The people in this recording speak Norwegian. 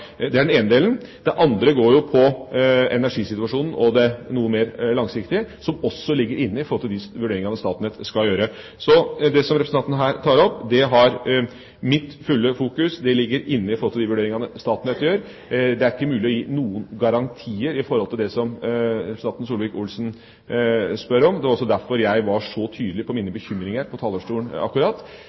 Det er den ene delen. Det andre går på energisituasjonen og det noe mer langsiktige, som også ligger inne i de vurderingene Statnett skal gjøre. Så det som representanten her tar opp, har mitt fulle fokus. Det ligger inne i de vurderingene Statnett skal gjøre. Det er ikke mulig å gi noen garantier i tilknytning til det som representanten Solvik-Olsen spør om. Det var også derfor jeg var så tydelig i mine bekymringer på talerstolen akkurat.